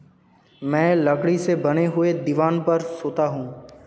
मैं लकड़ी से बने हुए दीवान पर सोता हूं